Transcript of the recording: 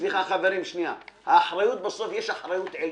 בסוף יש אחריות עליונה.